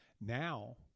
now